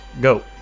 go